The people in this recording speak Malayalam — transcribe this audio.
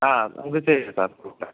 ആ നമ്മുക്ക് ചെയ്ത്